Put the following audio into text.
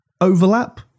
...overlap